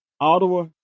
Ottawa